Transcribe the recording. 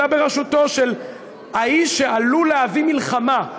אלא בראשותו של "האיש שעלול להביא מלחמה"